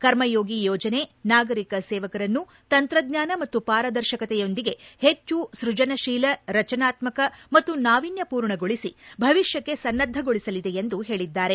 ಕರ್ಮಯೋಗಿ ಯೋಜನೆ ನಾಗರಿಕ ಸೇವಕರನ್ನು ತಂತ್ರಜ್ಞಾನ ಮತ್ತು ಪಾರದರ್ಶಕತೆಯೊಂದಿಗೆ ಹೆಚ್ಚು ಸ್ವಜನಶೀಲ ರಚನಾತ್ಮಕ ಮತ್ತು ನಾವಿನ್ಯಪೂರ್ಣಗೊಳಿಸಿ ಭವಿಷ್ಯಕ್ಕೆ ಸನ್ನದ್ದಗೊಳಿಸಲಿದೆ ಎಂದು ಹೇಳಿದ್ದಾರೆ